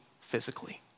physically